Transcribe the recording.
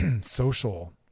social